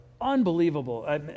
unbelievable